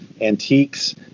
antiques